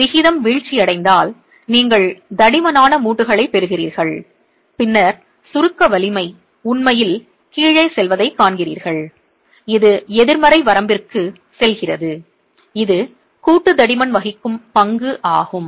விகிதம் வீழ்ச்சியடைந்தால் நீங்கள் தடிமனான மூட்டுகளைப் பெறுகிறீர்கள் பின்னர் சுருக்க வலிமை உண்மையில் கீழே செல்வதைக் காண்கிறீர்கள் இது எதிர்மறை வரம்பிற்கு செல்கிறது இது கூட்டு தடிமன் வகிக்கும் பங்கு ஆகும்